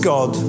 God